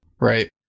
Right